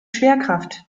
schwerkraft